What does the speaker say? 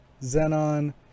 Zenon